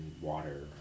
water